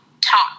talk